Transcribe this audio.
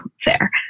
fair